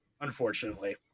unfortunately